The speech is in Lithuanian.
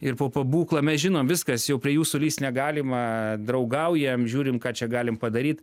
ir po pabūklą mes žinom viskas jau prie jūsų lįst negalima draugaujam žiūrim ką čia galim padaryt